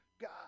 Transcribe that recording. God